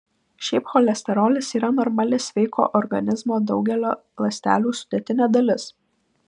šiaip cholesterolis yra normali sveiko organizmo daugelio ląstelių sudėtinė dalis